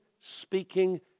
speaking